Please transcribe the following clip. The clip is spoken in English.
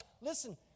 Listen